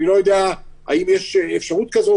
אני לא יודע האם יש אפשרות כזאת,